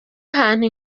ahantu